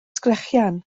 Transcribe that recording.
sgrechian